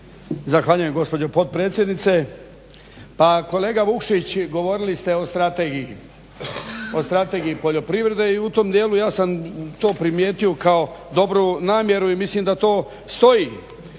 Zahvaljujem gospođo potpredsjednice. Pa kolega Vukšić govorili ste o strategiji, o strategiji poljoprivrede i u tom dijelu ja sam to primijetio kao dobru namjeru i mislim da to stoji.